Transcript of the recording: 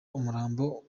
umurambo